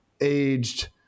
aged